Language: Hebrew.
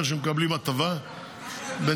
שמקבלים הטבה ------ תן לי רגע.